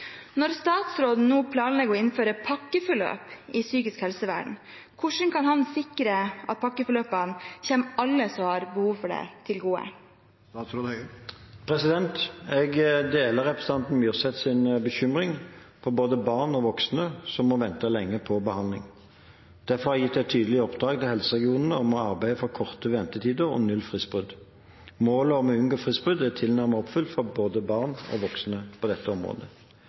Når statsråden nå planlegger å innføre pakkeforløp i psykisk helsevern, hvordan skal han sikre at pakkeforløpene kommer alle som har behov for det, til gode?» Jeg deler representanten Myrseths bekymring for både barn og voksne som må vente lenge på behandling. Derfor har jeg gitt et tydelig oppdrag til helseregionene om å arbeide for kortere ventetider og null fristbrudd. Målet om å unngå fristbrudd er tilnærmet oppfylt for både barn og voksne på dette området.